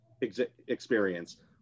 experience